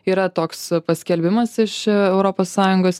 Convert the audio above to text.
yra toks paskelbimas iš europos sąjungos